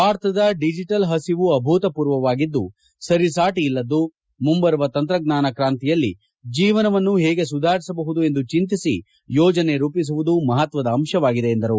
ಭಾರತದ ಡಿಜೆಟಲ್ ಹಸಿವು ಅಭೂತಮೂರ್ವವಾಗಿದ್ದು ಸರಿಸಾಟಿ ಇಲ್ಲದ್ದು ಮುಂಬರುವ ತಂತ್ರಜ್ಞಾನ ಕ್ರಾಂತಿಯಲ್ಲಿ ಜೀವನವನ್ನು ಹೇಗೆ ಸುಧಾರಿಸಬಹುದು ಎಂದು ಚಿಂತಿಸಿ ಯೋಜನೆ ರೂಪಿಸುವುದು ಮಹತ್ವದ ಅಂಶವಾಗಿದೆ ಎಂದರು